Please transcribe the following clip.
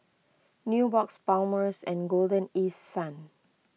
Nubox Palmer's and Golden East Sun